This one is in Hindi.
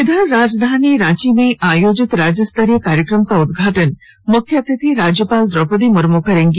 इधर राजधानी रांची में आयोजित राज्यस्तरीय कार्यक्रम का उद्घाटन मुख्य अतिथि राज्यपाल द्रौपदी मुर्मू करेंगी